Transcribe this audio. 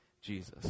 Jesus